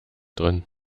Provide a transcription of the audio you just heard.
drin